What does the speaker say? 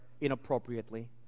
inappropriately